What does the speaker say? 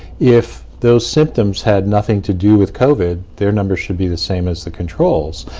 if those symptoms had nothing to do with covid, their numbers should be the same as the controls,